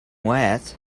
wet